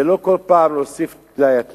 ולא כל פעם להוסיף טלאי על טלאי.